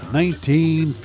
nineteen